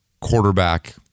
quarterback